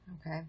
Okay